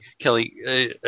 Kelly